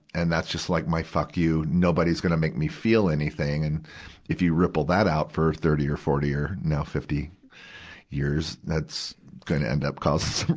and that's just like my fuck you, nobody's gonna make me feel anything. and if you ripple that out for thirty or forty or, you know, fifty years, that's gonna end up causing